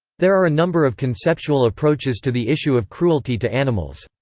there are a number of conceptual approaches to the issue of cruelty to animals.